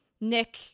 Nick